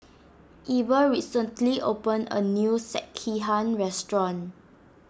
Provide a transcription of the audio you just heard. Eber recently opened a new Sekihan restaurant